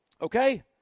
Okay